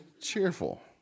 cheerful